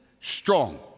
strong